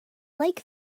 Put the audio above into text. like